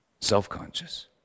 Self-conscious